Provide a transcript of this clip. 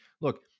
Look